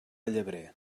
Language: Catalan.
llebrer